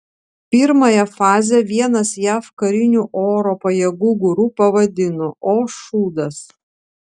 pirmąją fazę vienas jav karinių oro pajėgų guru pavadino o šūdas